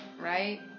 right